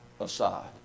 aside